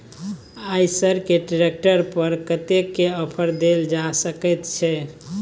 आयसर के ट्रैक्टर पर कतेक के ऑफर देल जा सकेत छै?